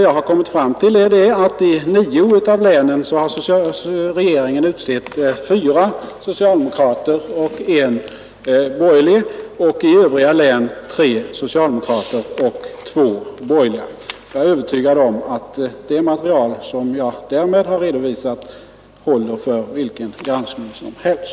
Jag har kommit fram till att i nio av länen har regeringen utsett fyra socialdemokrater och en borgerlig och i övriga län tre socialdemokrater och två borgerliga. Jag är övertygad om att det material som jag därmed har redovisat håller för vilken granskning som helst.